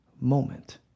moment